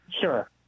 sure